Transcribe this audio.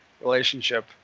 relationship